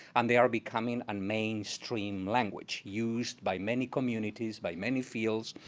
and they are becoming and mainstream language used by many communities, by many fields,